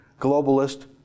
globalist